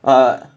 哦